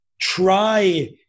try